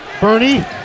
Bernie